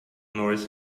norris